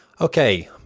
Okay